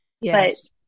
Yes